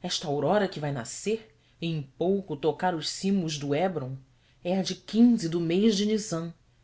esta aurora que vai nascer e em pouco tocar os cimos do hébron é a de do mês de